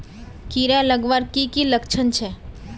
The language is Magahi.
कीड़ा लगवार की की लक्षण छे?